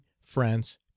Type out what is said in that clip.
France